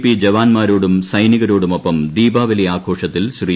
P ജവാൻമാരോടും സൈനികരോടുമൊപ്പം ദീപാവലി ആഘോഷത്തിൽ ശ്രീ